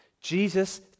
Jesus